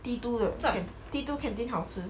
T two 的 T two canteen 好吃